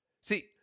See